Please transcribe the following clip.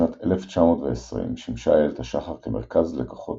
בשנת 1920 שימשה איילת השחר כמרכז לכוחות